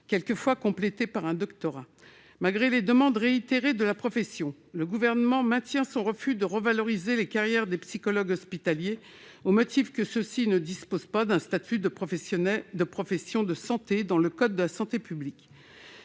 quelquefois complétée par un doctorat. Malgré les demandes réitérées de la profession, le Gouvernement maintient son refus de revaloriser les carrières des psychologues hospitaliers, au motif que ceux-ci ne disposent pas d'un statut de professionnel de santé dans le code de la santé publique.